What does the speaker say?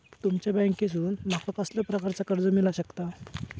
तुमच्या बँकेसून माका कसल्या प्रकारचा कर्ज मिला शकता?